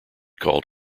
called